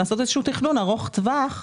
לעשות איזשהו תכנון ארוך טווח,